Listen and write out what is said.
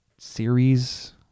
Series